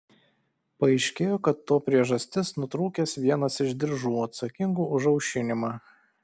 paaiškėjo kad to priežastis nutrūkęs vienas iš diržų atsakingų už aušinimą